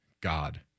god